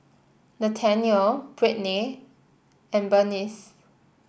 Nathanael Brittnay and Bernice